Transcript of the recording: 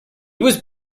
was